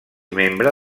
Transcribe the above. membre